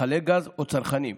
מכלי גז או צרכנים,